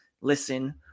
listen